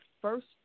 first